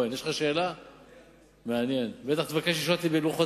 יש לנו את מושב החורף.